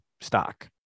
stock